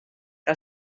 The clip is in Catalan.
que